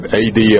ad